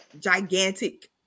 gigantic